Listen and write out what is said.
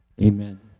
Amen